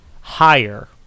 higher